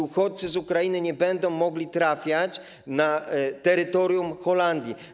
Uchodźcy z Ukrainy nie będą mogli trafiać na terytorium Holandii.